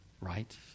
right